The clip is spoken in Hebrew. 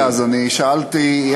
הנה, סגן השר הגיע, אז אני שאלתי איך,